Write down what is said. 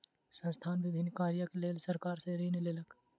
संस्थान विभिन्न कार्यक लेल सरकार सॅ ऋण लेलक